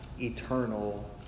eternal